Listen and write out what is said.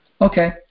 okay